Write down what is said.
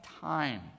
time